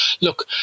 Look